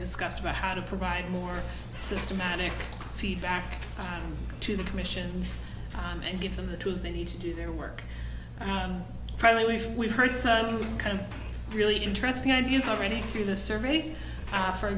discussed about how to provide more systematic feedback to the commissions and give them the tools they need to do their work and probably wish we'd heard some kind of really interesting ideas already through the survey a